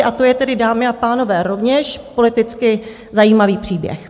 A to je tedy, dámy a pánové, rovněž politicky zajímavý příběh.